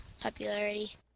popularity